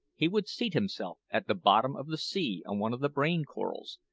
he would seat himself at the bottom of the sea on one of the brain-corals,